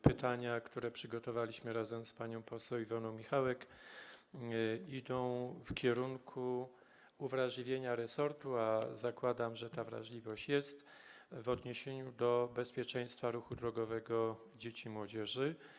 Pytania, które przygotowaliśmy z panią poseł Iwoną Michałek, idą w kierunku uwrażliwienia resortu, a zakładam, że ta wrażliwość jest, w odniesieniu do bezpieczeństwa ruchu drogowego dzieci i młodzieży.